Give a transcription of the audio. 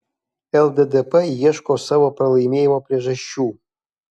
lddp ieško savo pralaimėjimo priežasčių